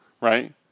Right